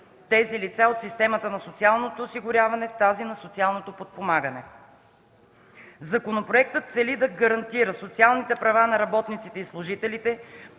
тези лица от системата на социалното осигуряване в тази на социалното подпомагане. Законопроектът цели да гарантира социалните права на работниците и служителите